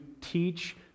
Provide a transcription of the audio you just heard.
teach